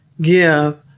give